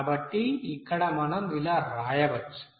కాబట్టి ఇక్కడ మనం ఇలా వ్రాయవచ్చు